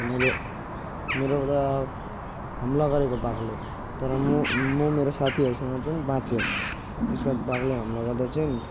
तर मैले मेरो र हमला गरेको बाघले तर म म मेरो साथीहरूसँग जुन बाँच्यौँ त्यसको बाद बाघले हमला गर्दा चाहिँ